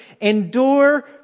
endure